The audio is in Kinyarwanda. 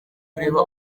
kureba